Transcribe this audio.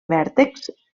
vèrtexs